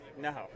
No